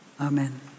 Amen